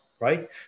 Right